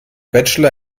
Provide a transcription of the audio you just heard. bachelor